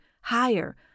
higher